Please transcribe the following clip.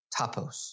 Tapos